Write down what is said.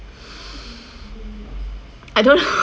I don't know